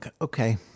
Okay